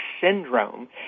syndrome